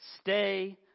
stay